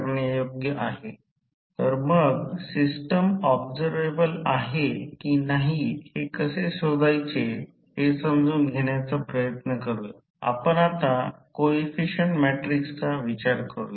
म्हणजे मी E2 cos ∂ म्हणजे मला हा भाग V2 I2 Re2 cos ∅2 I2 XE2 sin ∅2